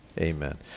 Amen